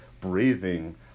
breathing